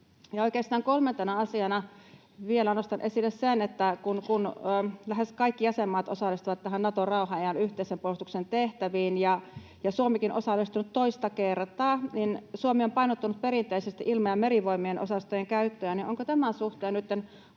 kolmantena asiana vielä nostan esille sen, että kun lähes kaikki jäsenmaat osallistuvat näihin Naton rauhanajan yhteisen puolustuksen tehtäviin, Suomikin osallistuu nyt toista kertaa, ja Suomi on painottanut perinteisesti Ilma- ja Merivoimien osastojen käyttöä, niin onko tämän suhteen nytten